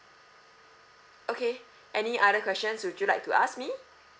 okay any other questions would you like to ask me